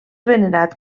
venerat